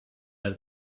let